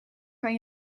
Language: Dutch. kan